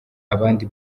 abandi